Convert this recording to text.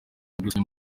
gusinya